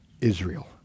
Israel